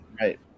Right